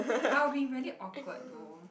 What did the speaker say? I'll be really awkward though